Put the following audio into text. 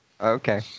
Okay